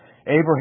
Abraham